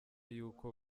y’uko